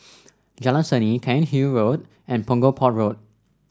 Jalan Seni Cairnhill Road and Punggol Port Road